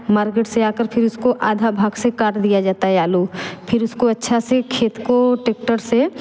market से आकर फिर उसको आधा भाग से काट दिया जाता है आलू फिर उसको अच्छा से खेत को टेक्टर से